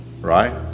right